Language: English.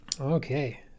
Okay